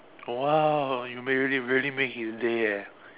!wow! you make really make his day eh